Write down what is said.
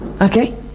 okay